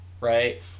right